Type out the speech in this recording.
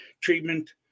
treatment